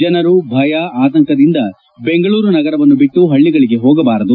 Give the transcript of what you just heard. ಜನರು ಭಯ ಆತಂಕದಿಂದ ಬೆಂಗಳೂರು ನಗರವನ್ನು ಬಿಟ್ಲು ಹಳ್ಳಗಳಿಗೆ ಹೋಗಬಾರದು